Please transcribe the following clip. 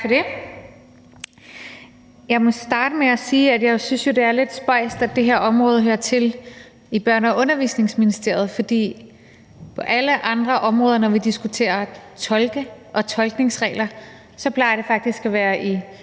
Jeg må starte med at sige, at jeg jo synes, det er lidt spøjst, at det her område hører til i Børne- og Undervisningsministeriet, for på alle andre områder, når vi diskuterer tolke og tolkningsregler, plejer det faktisk at være i